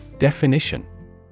Definition